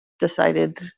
decided